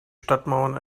stadtmauern